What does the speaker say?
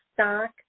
stock